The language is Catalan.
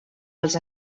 els